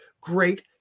great